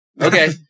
Okay